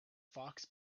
fox